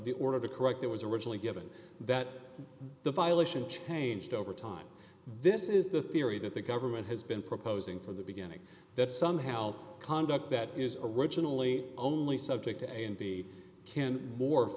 the order to correct that was originally given that the violation changed over time this is the theory that the government has been proposing from the beginning that somehow conduct that is originally only subject to a and b can morph